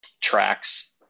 tracks